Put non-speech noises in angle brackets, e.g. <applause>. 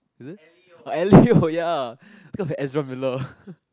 is it ah Elio <breath> ya because Ezra miller